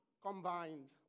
combined